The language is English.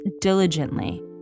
diligently